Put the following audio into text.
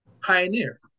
pioneer